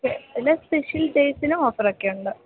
ചില സ്പെഷൽ ഡേയ്സിന് ഓഫറൊക്കെ ഉണ്ട്